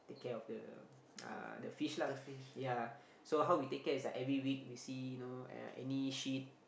take care of the uh the fish lah ya so how we take care is like every week we see you know uh any shit